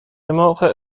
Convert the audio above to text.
موقع